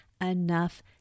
enough